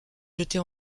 jetés